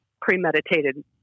premeditated